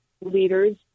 leaders